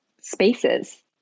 spaces